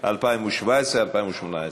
2017 ו-2018).